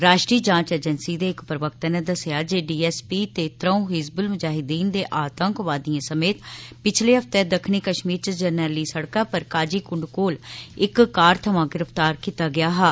राश्ट्री जांच एजेंसी दे इक प्रवक्ता नै दस्सेआ ऐ जे डीएसपी ते त्रऊं हिज्बुल मुजाहिद्दीन दे आतंकवादिएं गी समेत पिछले हफ्ते दक्खनी कश्मीर च जरनैली सड़कै पर काजीकुंड कोल इक कार थमां गिरफ्तार कीता गेआ हा